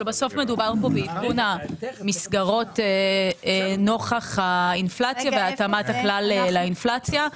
בסוף מדובר כאן בעדכון המסגרות נוכח האינפלציה והתאמת הכלל לאינפלציה.